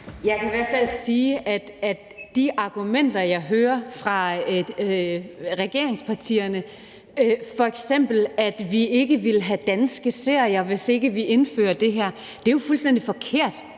Jeg kan i hvert fald sige, at de argumenter, jeg hører fra regeringspartierne, f.eks. at vi ikke ville have danske serier, hvis ikke vi indfører det her, jo er fuldstændig forkerte.